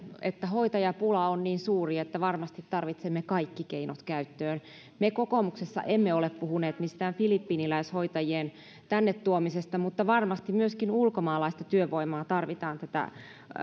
että hoitajapula on niin suuri että varmasti tarvitsemme kaikki keinot käyttöön me kokoomuksessa emme ole puhuneet mistään filippiiniläishoitajien tänne tuomisesta mutta varmasti myöskin ulkomaalaista työvoimaa tarvitaan tätä